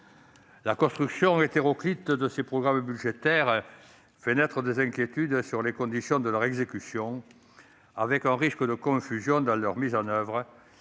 La construction hétéroclite de ces programmes budgétaires suscite des inquiétudes sur les conditions de leur exécution, car il y a un risque de confusion lors de leur mise en oeuvre.